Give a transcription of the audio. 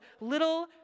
little